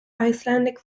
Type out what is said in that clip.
icelandic